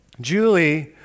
Julie